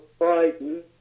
Biden